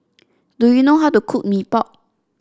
do you know how to cook Mee Pok